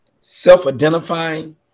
self-identifying